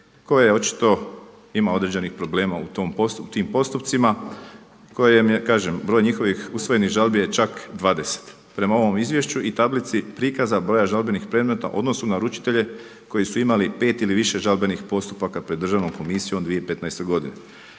koje očito ima određenih problema u tim postupcima koje im je, kažem broj njihovih usvojenih žalbi je čak 20 prema ovom izvješću i tablici prikaza broja žalbenih predmeta u odnosu na uručitelje koji su imali pet ili više žalbenih postupaka pred Državnom komisijom 2015. godine.